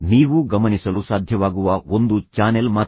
ನೀವು ಗಮನಿಸಲು ಸಾಧ್ಯವಾಗುವ ಒಂದು ಚಾನೆಲ್ ಮಾತ್ರ